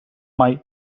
mai